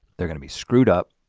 they're gonna be screwed up.